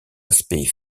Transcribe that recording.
aspects